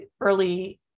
early